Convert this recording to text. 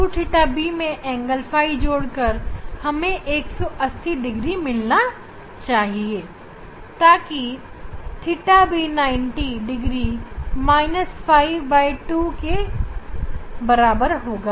अब यहां 2θB ɸ 180 तब θB 90 ɸ2 के बराबर होगा